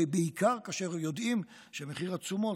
ובעיקר כאשר יודעים שמחיר התשומות,